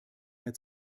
mehr